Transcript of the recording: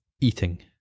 eating